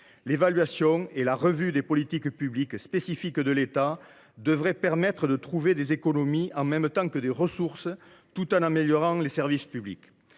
L’évaluation et la revue des politiques publiques spécifiques de l’État devraient permettre de trouver des économies, en même temps que des ressources, tout en améliorant les services publics.